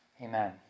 Amen